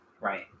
right